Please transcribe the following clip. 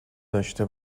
داشته